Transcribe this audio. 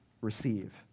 receive